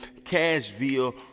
Cashville